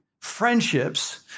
friendships